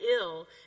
ill